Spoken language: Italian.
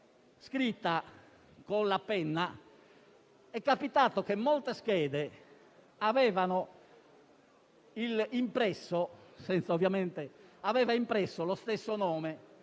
scritta con la penna, è capitato che molte schede avevano impresso lo stesso nome;